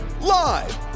live